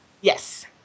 Yes